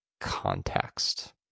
context